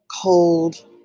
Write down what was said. cold